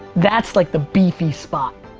that's like the beefy spot.